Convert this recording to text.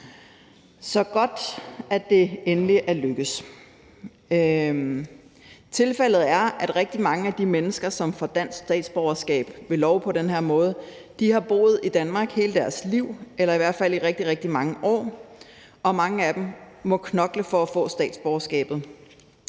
er godt, at det endelig er lykkedes. Tilfældet er, at rigtig mange af de mennesker, som får dansk statsborgerskab ved lov på den her måde, har boet i Danmark hele deres liv, eller i hvert fald i rigtig, rigtig mange år, og at mange af dem må knokle for at få statsborgerskabet.